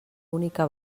única